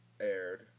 aired